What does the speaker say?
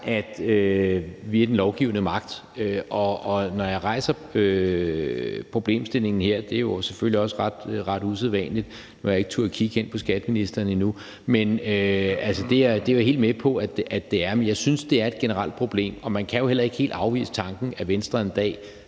at vi er den lovgivende magt, og når jeg rejser problemstillingen her, er jeg helt med på, at det selvfølgelig også er ret usædvanligt – og jeg har ikke turdet kigge hen på skatteministeren endnu. Men jeg synes, det er et generelt problem. Og man kan jo heller ikke helt afvise den tanke, at Venstre en dag